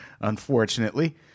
unfortunately